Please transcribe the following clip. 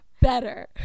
better